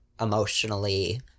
emotionally